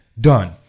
done